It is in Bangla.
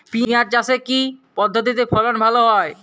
পিঁয়াজ চাষে কি পদ্ধতিতে ফলন ভালো হয়?